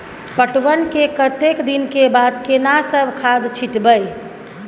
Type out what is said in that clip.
पटवन के कतेक दिन के बाद केना सब खाद छिटबै?